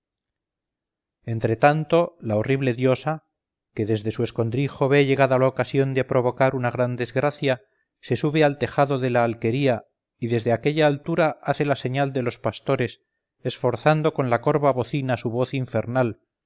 entre tanto la horrible diosa que desde su escondrijo ve llegada la ocasión de provocar una gran desgracia se sube al tejado de la alquería y desde aquella altura hace la señal de los pastores esforzando con la corva bocina su voz infernal